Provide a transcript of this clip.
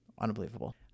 unbelievable